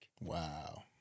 wow